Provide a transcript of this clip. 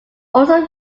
also